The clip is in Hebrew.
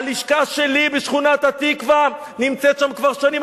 הלשכה שלי בשכונת-התקווה נמצאת שם כבר שנים,